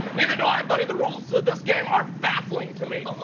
neither do i, buddy. the rules of this game are baffling to me.